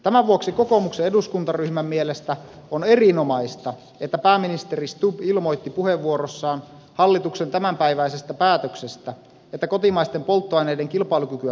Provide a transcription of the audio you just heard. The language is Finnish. tämän vuoksi kokoomuksen eduskuntaryhmän mielestä on erinomaista että pääministeri stubb ilmoitti puheenvuorossaan hallituksen tämänpäiväisestä päätöksestä että kotimaisten polttoaineiden kilpailukykyä parannetaan